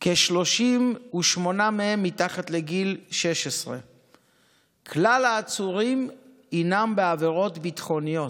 כ-38 מהם מתחת לגיל 16. כלל העצורים הם בעבירות ביטחוניות.